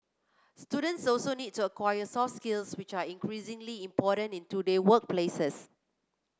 students also need to acquire soft skills which are increasingly important in today workplaces